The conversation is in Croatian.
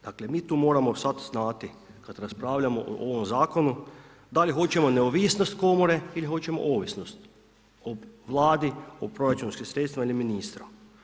Dakle mi tu moramo sad znati kad raspravljamo o ovom zakonu da li hoćemo neovisnost komore ili hoćemo ovisnost o Vladi, o proračunskim sredstvima ili ministru.